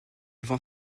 vend